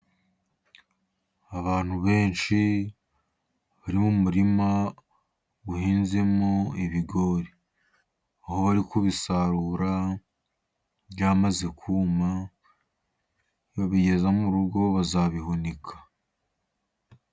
Abantu benshi bari mu murima uhinzemo ibigori, aho barimo kubisarura byamaze kuma . Nibabigeza mu rugo, bazabihunika .